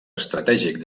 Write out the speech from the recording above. estratègic